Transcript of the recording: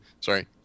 Sorry